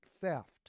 theft